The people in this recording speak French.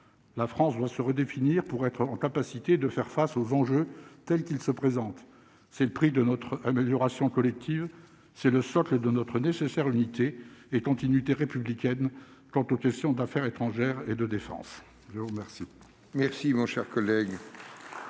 la France doit se redéfinir, pour être en capacité de faire face aux enjeux tels qu'ils se présentent, c'est le prix de notre amélioration collective, c'est le socle de notre nécessaire l'unité et continuité républicaine quant aux questions d'affaires étrangères et de défense, je vous remercie. Merci mon cher collègue,